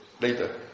Later